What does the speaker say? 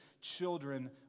children